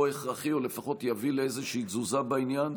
או הכרחי או לפחות יביא לאיזושהי תזוזה בעניין.